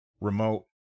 Remote